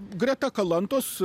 greta kalantos